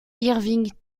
irving